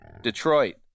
Detroit